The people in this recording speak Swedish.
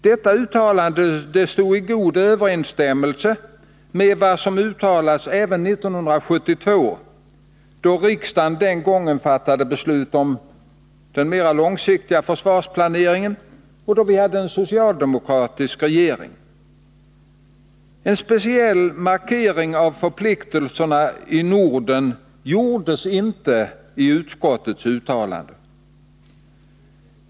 Detta uttalande stod i god överensstämmelse med vad som uttalats även 1972, då riksdagen fattade beslut om den mera långsiktiga försvarsplaneringen och då vi hade en socialdemokratisk regering. En speciell markering av förpliktelserna i Norden gjordes inte i utskottets uttalande.